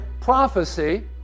prophecy